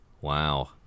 Wow